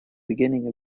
beginning